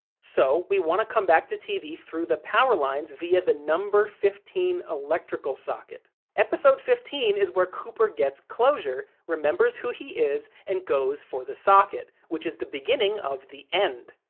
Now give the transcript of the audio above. so, we want to come back to tv through the power lines via the fifteen electrical socket episode fifteen is where cooper gets closure, remembers who he is and goes for the socket, which is the beginning of the end.